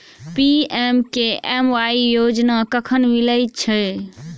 PMKMY योजना कखन मिलय छै?